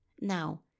Now